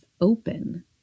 open